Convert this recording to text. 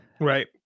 right